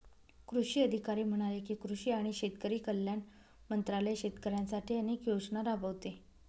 कृषी अधिकारी म्हणाले की, कृषी आणि शेतकरी कल्याण मंत्रालय शेतकऱ्यांसाठी अनेक योजना राबवते